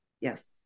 Yes